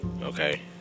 Okay